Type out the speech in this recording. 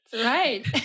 Right